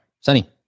Sunny